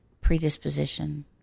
predisposition